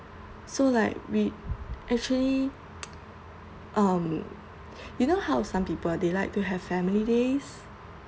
so like we actually um you know how some people they like to have family days